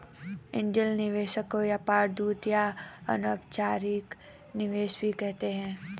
angel निवेशक को व्यापार दूत या अनौपचारिक निवेशक भी कहते हैं